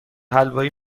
حلوایی